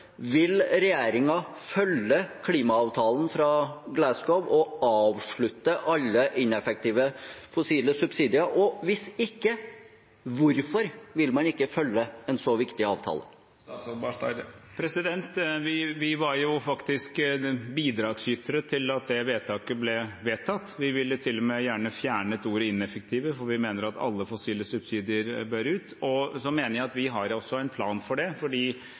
Vil regjeringen følge klimaavtalen fra Glasgow og avslutte alle ineffektive fossile subsidier? Og hvis ikke, hvorfor vil man ikke følge en så viktig avtale? Vi var faktisk bidragsytere til at det vedtaket ble fattet. Vi ville til og med gjerne fjernet ordet «ineffektive», for vi mener at alle fossile subsidier bør ut. Jeg mener at vi har en plan for det,